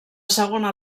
segona